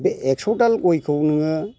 बे एक्स' दाल गयखौ नोङो